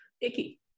icky